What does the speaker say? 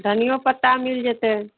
धनिओ पत्ता मिलि जएतै